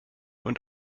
und